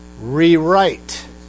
rewrite